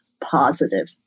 positive